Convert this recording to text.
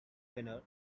winner